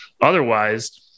Otherwise-